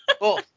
Cool